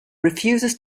refuses